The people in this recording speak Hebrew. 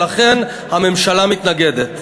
ולכן הממשלה מתנגדת.